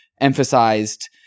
emphasized